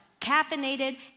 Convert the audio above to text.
caffeinated